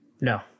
No